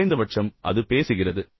குறைந்தபட்சம் அது பேசுகிறது